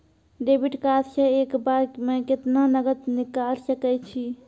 Debit card से एक बार मे केतना नगद निकाल सके छी?